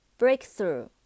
breakthrough